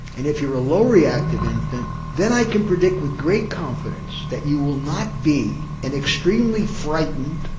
and if you're a low reactive infant then i can predict with great confidence that you will not be an extremely frightened,